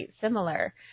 similar